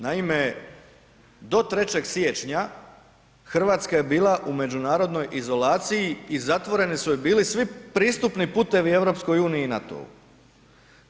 Naime, do 3. siječnja Hrvatska je bila u međunarodnoj izolaciji i zatvoreni su joj bili svi pristupni putevi EU-u i NATO-u.